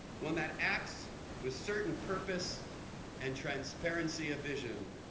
one that acts with certain purpose and transparency of vision.